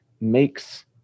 makes